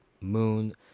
Moon